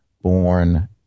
born